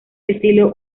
estilo